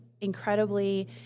incredibly